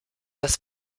das